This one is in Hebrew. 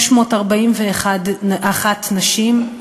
641 נשים,